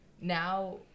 now